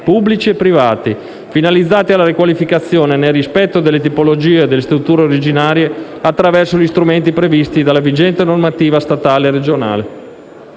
pubblici e privati finalizzati alla riqualificazione urbana, nel rispetto delle tipologie e delle strutture originarie, attraverso gli strumenti previsti dalla vigente normativa statale e regionale